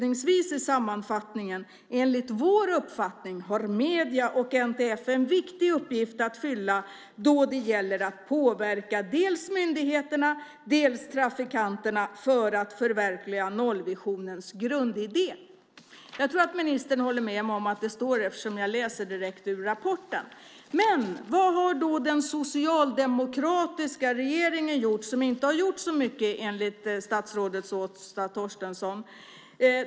I sammanfattningen framgår också att medierna och NTF har en viktig uppgift att fylla då det gäller att påverka dels myndigheterna, dels trafikanterna för att förverkliga nollvisionens grundidé. Jag tror att ministern håller med mig om att det står så där eftersom jag har tagit det direkt ur rapporten. Men vad har då den socialdemokratiska regeringen gjort som inte har gjort så mycket enligt statsrådet Åsa Torstensson?